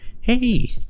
Hey